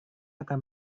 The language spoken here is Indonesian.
akan